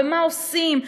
ומה עושים,